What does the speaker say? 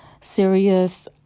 serious